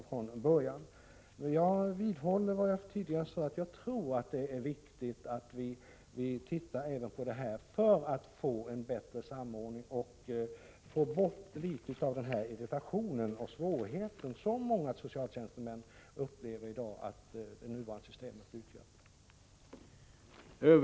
Jag vidhåller vad jag tidigare har sagt, nämligen att jag tror att det är viktigt att vi ser över även dessa frågor för att få en bättre samordning och för att få bort litet av den irritation och de svårigheter som många socialtjänstemän i dag menar att det nuvarande systemet har fört med sig.